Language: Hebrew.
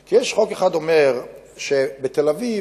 כמוהו, בעולם הערבי,